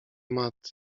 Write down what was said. matt